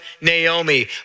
Naomi